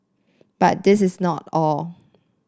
but this is not all